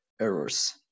errors